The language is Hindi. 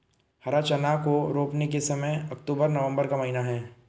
हरा चना को रोपने का समय अक्टूबर नवंबर का महीना है